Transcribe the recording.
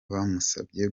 bamusabye